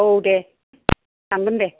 औ दे थांगोन दे